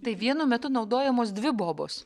tai vienu metu naudojamos dvi bobos